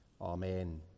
Amen